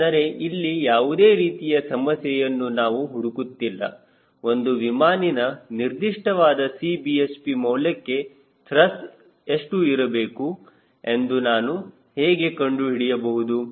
ಹಾಗಾದರೆ ಇಲ್ಲಿ ಯಾವುದೇ ರೀತಿಯ ಸಮಸ್ಯೆಯನ್ನು ನಾವು ಹುಡುಕುತ್ತಿಲ್ಲ ಒಂದು ವಿಮಾನಿನ ನಿರ್ದಿಷ್ಟವಾದ Cbhp ಮೌಲ್ಯಕ್ಕೆ ತ್ರಸ್ಟ್ ಎಷ್ಟು ಇರಬಹುದು ಎಂದು ನಾನು ಹೇಗೆ ಕಂಡುಹಿಡಿಯಬಹುದು